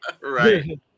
Right